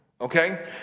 okay